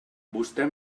vostè